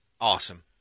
Awesome